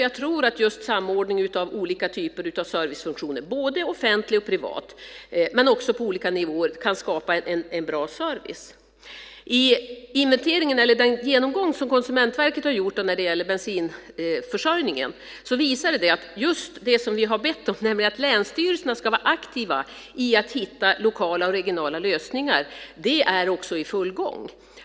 Jag tror att just samordning av olika typer av servicefunktioner, både offentliga och privata och på olika nivåer, kan skapa en bra service. I den genomgång som Konsumentverket har gjort när det gäller bensinförsörjningen visade det sig att just det som vi har bett om, nämligen att länsstyrelserna ska vara aktiva i att hitta lokala och regionala lösningar, också är i full gång.